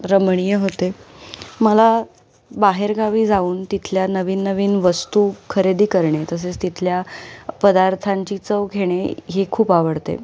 रमणीय होते मला बाहेरगावी जाऊन तिथल्या नवीन नवीन वस्तू खरेदी करणे तसेच तिथल्या पदार्थांची चव घेणे हे खूप आवडते